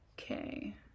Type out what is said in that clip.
Okay